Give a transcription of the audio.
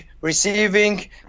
receiving